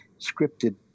scripted